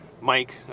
mike